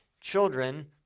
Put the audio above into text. children